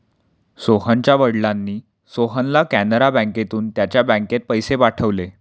सोहनच्या वडिलांनी सोहनला कॅनरा बँकेतून त्याच बँकेत पैसे पाठवले